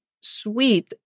sweet